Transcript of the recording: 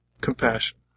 Compassion